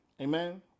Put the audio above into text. Amen